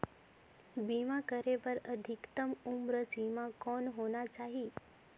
बीमा करे बर अधिकतम उम्र सीमा कौन होना चाही?